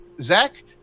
Zach